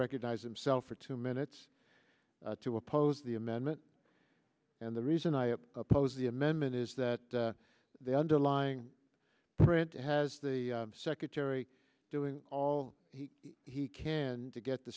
recognize themselves for two minutes to oppose the amendment and the reason i oppose the amendment is that the underlying print has the secretary doing all he can to get the